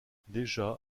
déjà